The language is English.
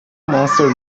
monster